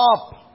up